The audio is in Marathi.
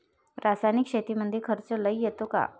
रासायनिक शेतीमंदी खर्च लई येतो का?